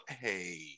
hey